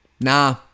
Nah